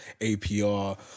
APR